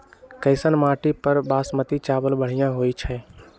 कैसन माटी पर बासमती चावल बढ़िया होई छई?